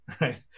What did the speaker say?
right